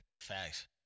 Facts